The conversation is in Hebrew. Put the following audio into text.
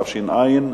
התש"ע 2010,